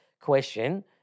question